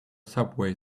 subway